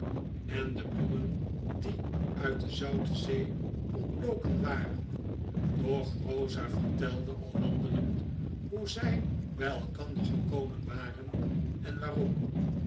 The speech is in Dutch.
en de bloemen die uit de zoute zee ontloken waren doch eosa vertelde al wandelend hoe zjj by elkander gekomen waren en waarom